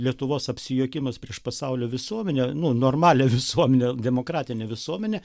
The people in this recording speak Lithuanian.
lietuvos apsijuokimas prieš pasaulio visuomenę nu normalią visuomenę demokratinę visuomenę